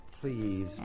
Please